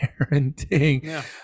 parenting